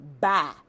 Bye